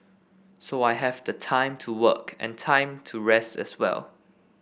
so I have the time to work and time to rest as well